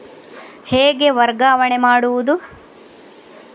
ಹೇಗೆ ವರ್ಗಾವಣೆ ಮಾಡುದು?